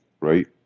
right